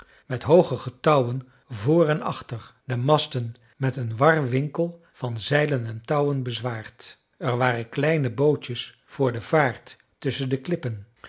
met hooge getouwen voor en achter de masten met een warwinkel van zeilen en touwen bezwaard er waren kleine bootjes voor de vaart tusschen de klippen